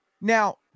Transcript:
now